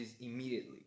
immediately